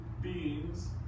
beings